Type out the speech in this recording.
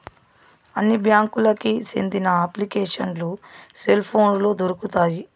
అన్ని బ్యాంకులకి సెందిన అప్లికేషన్లు సెల్ పోనులో దొరుకుతాయి